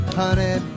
honey